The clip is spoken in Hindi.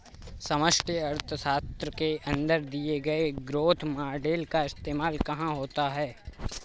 समष्टि अर्थशास्त्र के अंदर दिए गए ग्रोथ मॉडेल का इस्तेमाल कहाँ होता है?